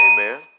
amen